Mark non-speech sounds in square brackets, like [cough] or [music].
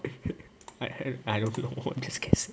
[laughs] I don't know just guessing